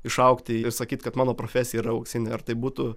išaugti ir sakyt kad mano profesija yra auksinė ar tai būtų